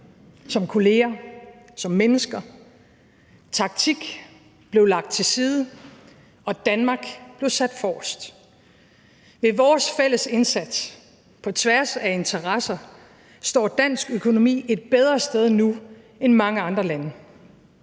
som kollegaer og som mennesker. Taktik blev lagt til side, og Danmark blev sat forrest. Ved vores fælles indsats på tværs af interesser står dansk økonomi nu et bedre sted end mange andre landes,